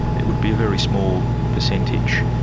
it would be a very small percentage.